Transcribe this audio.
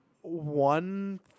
one